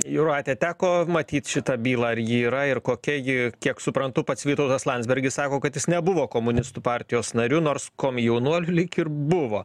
jūrate teko matyt šitą bylą ar ji yra ir kokia ji kiek suprantu pats vytautas landsbergis sako kad jis nebuvo komunistų partijos nariu nors komjaunuoliu lyg ir buvo